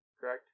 Correct